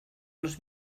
nos